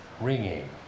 ringing